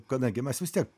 kadangi mes vis tiek